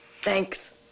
Thanks